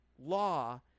law